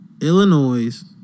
illinois